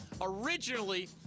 Originally